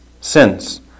sins